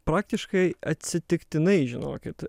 praktiškai atsitiktinai žinokit